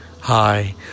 Hi